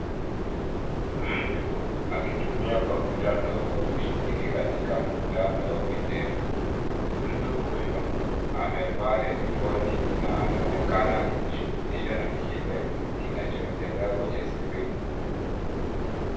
Mtu akitumia kompyuta ndogo kushiriki katika mkutano wa video. Mtu huyo amevaa headphone na anaonekana akijishughulisha na kile kinachoendelea kwenye skrini.